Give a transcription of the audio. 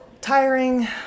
tiring